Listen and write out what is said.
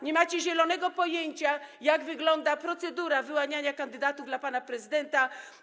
Nie macie zielonego pojęcia, jak wygląda procedura wyłaniania kandydatów dla pana prezydenta.